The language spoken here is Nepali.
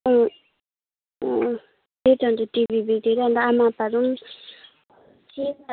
त्यही त अन्त टिभी बिग्रेर अन्त आमा आप्पाहरू